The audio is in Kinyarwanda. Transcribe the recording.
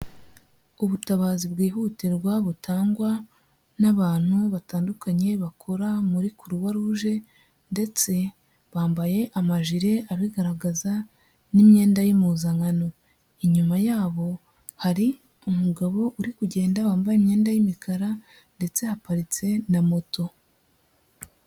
Ubutabazi bwihutirwa butangwa n'abantu batandukanye, bakora muri Croix Rouge ndetse bambaye amajire abigaragaza n'imyenda y'impuzankano. Inyuma yabo hari umugabo uri kugenda wambaye imyenda y'imikara ndetse haparitse na moto.